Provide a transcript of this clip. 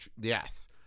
yes